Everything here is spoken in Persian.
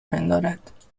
پندارد